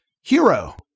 Hero